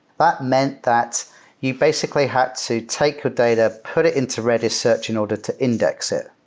that meant that you basically had to take your data, put it into redis search in order to index it.